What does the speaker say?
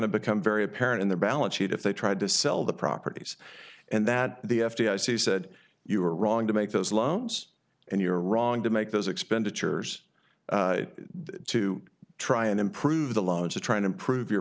to become very apparent in the balance sheet if they tried to sell the properties and that the f d i c said you were wrong to make those loans and you're wrong to make those expenditures to try and improve the loans to trying to improve your